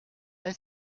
est